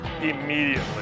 immediately